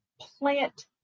plant